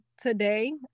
today